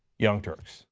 young turks.